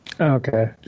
Okay